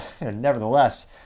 nevertheless